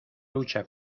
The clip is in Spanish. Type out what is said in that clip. lucha